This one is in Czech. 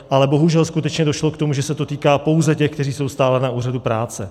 Ale bohužel skutečně došlo k tomu, že se to týká pouze těch, kteří jsou stále na úřadu práce.